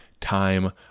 time